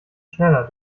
schneller